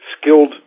skilled